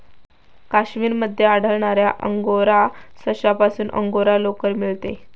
काश्मीर मध्ये आढळणाऱ्या अंगोरा सशापासून अंगोरा लोकर मिळते